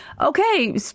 Okay